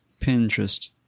Pinterest